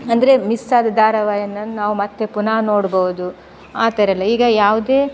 ಅಂದರೆ ಮಿಸ್ಸಾದ ಧಾರಾವಾಹಿಯನ್ನ ನಾವು ಮತ್ತೆ ಪುನಃ ನೋಡ್ಬೋದು ಆ ಥರ ಎಲ್ಲ ಈಗ ಯಾವುದೇ